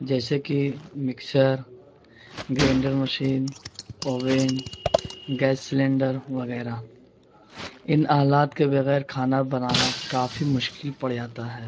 جیسے کہ mixer grinder machine اوونون گیس سلینڈر وغیرہ ان آلات کے بغیر کھانا بنانا کافی مشکل پڑ جاتا ہے